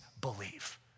believe